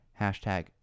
hashtag